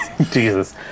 Jesus